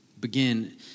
begin